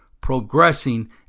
Progressing